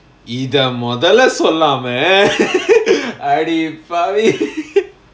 இத மொதல்ல சொல்லாம:itha mothalla sollama அடிப்பாவி:adipaavi